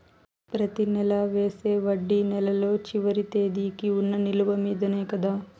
ప్రతి నెల వేసే వడ్డీ నెలలో చివరి తేదీకి వున్న నిలువ మీదనే కదా?